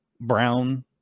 brown